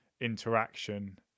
interaction